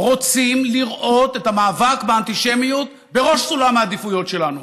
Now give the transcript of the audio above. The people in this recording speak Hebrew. רוצים לראות את המאבק באנטישמיות בראש סולם העדיפויות שלנו.